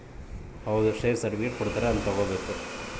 ನಾವು ಯಾವುದೇ ಕಂಪನಿಯ ಷೇರುಗಳನ್ನ ಕೊಂಕೊಳ್ಳುವಾಗ ಒಪ್ಪಂದ ಪತ್ರಾನ ಇಸ್ಕೊಬೇಕು